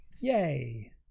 Yay